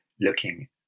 looking